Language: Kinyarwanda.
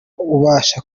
ubasha